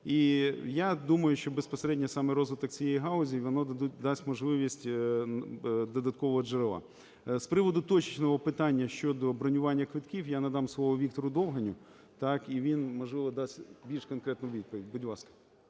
І я думаю, що безпосередньо саме розвиток цієї галузі, він дасть можливість додаткового джерела. З приводу точечного питання щодо бронювання квитків, я надам слово Віктору Довганю, так. І він, можливо, дасть більш конкретну відповідь. Будь ласка.